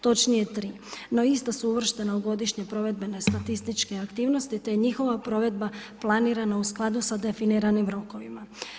Točnije 3. No ista su uvrštene u godišnje provedbene statističke aktivnosti te njihova provedba planirana u skladu s definiranim rokovima.